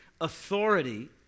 authority